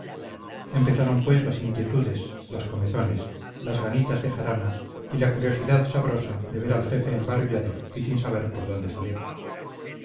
empezaron pues las inquietudes las comezones las ganitas de jarana y la curiosidad sabrosa de ver al jefe embarullado y sin saber por dónde salir